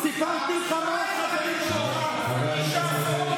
שלכם לסיפוח דה פקטו.